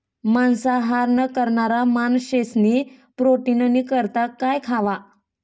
मांसाहार न करणारा माणशेस्नी प्रोटीननी करता काय खावा